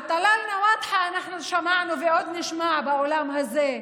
על שחקן הכדורגל טוואטחה אנחנו שמענו ועוד נשמע באולם הזה.